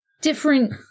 different